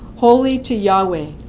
holy to yahweh.